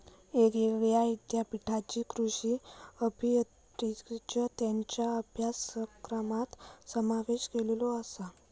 येगयेगळ्या ईद्यापीठांनी कृषी अभियांत्रिकेचो त्येंच्या अभ्यासक्रमात समावेश केलेलो आसा